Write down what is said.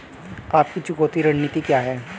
आपकी चुकौती रणनीति क्या है?